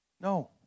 No